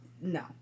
No